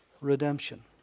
redemption